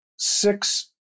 Six